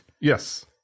yes